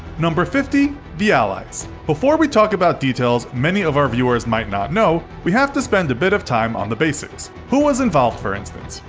fifty. the allies before we talk about details many of our viewers might not know, we have to spend a bit of time on the basics. who was involved, for instance?